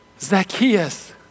Zacchaeus